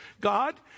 God